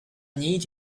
need